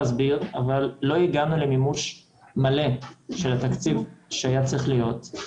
הגענו למימוש מלא של התקציב שהיה צריך להיות,